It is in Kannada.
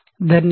ಧನ್ಯವಾದ